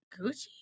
Gucci